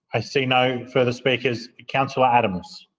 i see no further speakers. councillor adams.